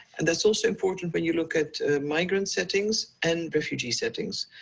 and that's also important when you look at migrant settings and refugee settings,